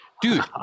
Dude